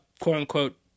quote-unquote